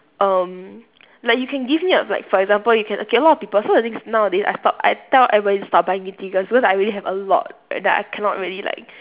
um like you can give me like for example you can okay a lot of people so the thing is nowadays I stop I tell everybody to stop buying me tiggers because I already have a lot that I cannot really like